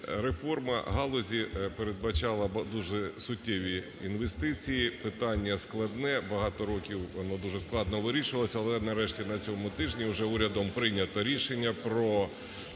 реформа галузі передбачала дуже суттєві інвестиції. Питання складне, багато років воно дуже складно вирішувалося, але нарешті на цьому тижні вже урядом прийнято рішення про